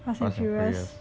fast and furious